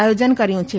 આયોજન કર્યું છે